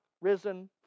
risen